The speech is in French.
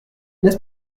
n’est